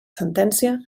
sentència